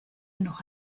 noch